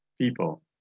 people